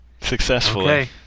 successfully